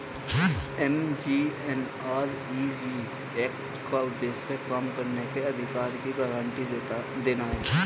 MGNREG act का उद्देश्य काम करने के अधिकार की गारंटी देना है